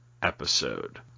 Episode